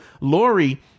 Lori